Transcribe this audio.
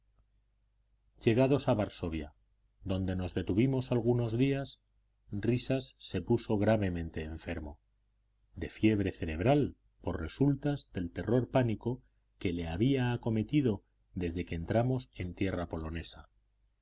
llegados a varsovia donde nos detuvimos algunos días risas se puso gravemente enfermo de fiebre cerebral por resultas del terror pánico que le había acometido desde que entramos en tierra polonesa